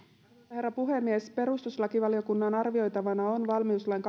herra puhemies perustuslakivaliokunnan arvioitavana on valmiuslain